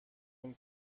اون